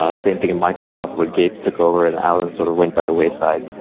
ah same thing in microsoft where gates took over and allen sort of went by the wayside.